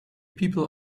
people